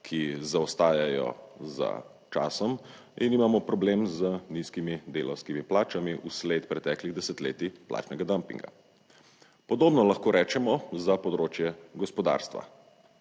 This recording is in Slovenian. ki zaostajajo za časom in imamo problem z nizkimi delavskimi plačami v sled preteklih desetletij plačnega dumpinga. Podobno lahko rečemo za področje gospodarstva.